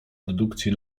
dedukcji